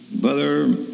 Brother